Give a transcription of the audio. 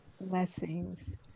Blessings